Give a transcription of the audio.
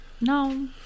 No